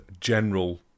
general